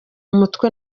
mutwe